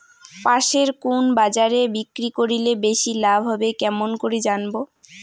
পাশের কুন বাজারে বিক্রি করিলে বেশি লাভ হবে কেমন করি জানবো?